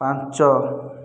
ପାଞ୍ଚ